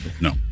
No